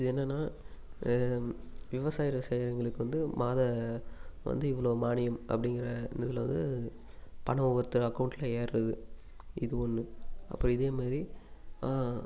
இது என்னென்னால் விவசாயம் செய்கிறவிங்களுக்கு வந்து மாத வந்து இவ்வளோ மானியம் அப்படிங்கிற இதில் வந்து பணம் ஒவ்வொருத்தர் அக்கௌண்ட்டில் ஏறுவது இது ஒன்று அப்புறம் இதே மாதிரி